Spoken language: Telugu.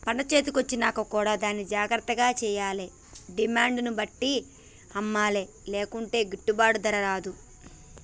పంట చేతి కొచ్చినంక కూడా దాన్ని జాగ్రత్త చేయాలే డిమాండ్ ను బట్టి అమ్మలే లేకుంటే గిట్టుబాటు ధర రాదు